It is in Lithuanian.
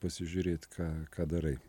pasižiūrėt ką ką darai